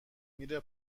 میره